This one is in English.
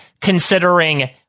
considering